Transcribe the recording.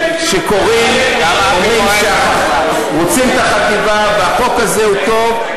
שקוראים אומרים שהם רוצים את החטיבה ושהחוק הזה טוב.